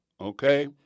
okay